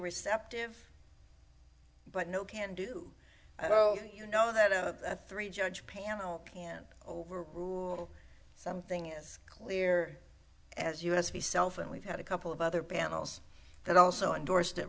receptive but no can do you know that a three judge panel can overrule something as clear as u s p self and we've had a couple of other panels that also endorsed it